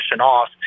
off